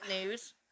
news